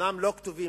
אומנם לא כתובים,